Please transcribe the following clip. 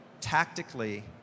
tactically